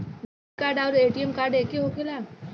Debit card आउर ATM card एके होखेला?